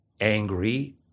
angry